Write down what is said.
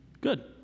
good